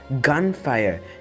gunfire